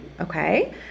Okay